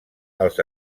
els